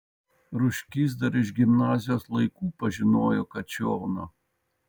rūškys dar iš gimnazijos laikų pažinojo kačioną